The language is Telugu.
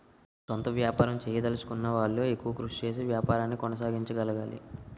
సొంత వ్యాపారం చేయదలచుకున్న వాళ్లు ఎక్కువ కృషి చేసి వ్యాపారాన్ని కొనసాగించగలగాలి